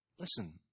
Listen